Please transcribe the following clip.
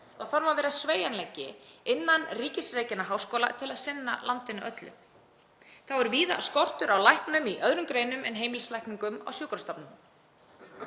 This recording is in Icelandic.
þarf að vera sveigjanleiki innan ríkisrekinna háskóla til að sinna landinu öllu. Þá er víða skortur á læknum í öðrum greinum en heimilislækningum á sjúkrastofnunum.